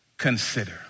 Consider